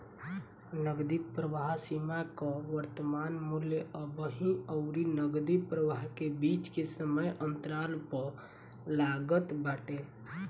नगदी प्रवाह सीमा कअ वर्तमान मूल्य अबही अउरी नगदी प्रवाह के बीच के समय अंतराल पअ लागत बाटे